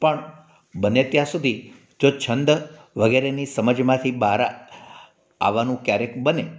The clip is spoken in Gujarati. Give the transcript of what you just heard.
પણ બને ત્યાં સુધી જો છંદ વગેરેની સમજમાંથી બહાર આવવાનું ક્યારેક બને